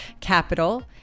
Capital